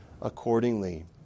accordingly